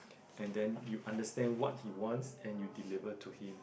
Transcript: and then you understand what he wants and you deliver to him